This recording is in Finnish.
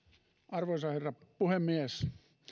arvoisa herra puhemies